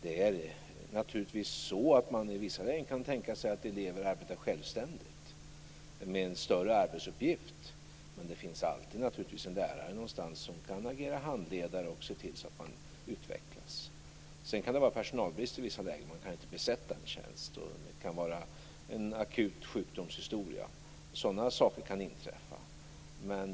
I vissa lägen kan man naturligtvis tänka sig att elever arbetar självständigt med en större arbetsuppgift, men det finns alltid en lärare någonstans som kan agera handledare och se till att eleverna utvecklas. Det kan också vara personalbrist i vissa lägen och svårt att besätta en tjänst, eller det kan vara en akut sjukdomshistoria. Sådana saker kan inträffa.